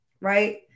Right